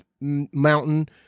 mountain